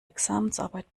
examensarbeit